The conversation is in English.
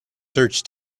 search